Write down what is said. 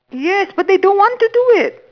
yes but they don't want to do it